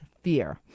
fear